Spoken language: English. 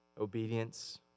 Obedience